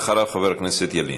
אחריו, חבר הכנסת ילין.